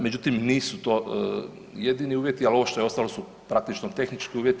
Međutim, nisu to jedini uvjeti, ali ovo što je ostalo su praktično tehnički uvjeti.